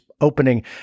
opening